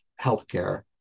healthcare